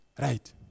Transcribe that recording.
Right